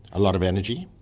a lot of energy,